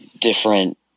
different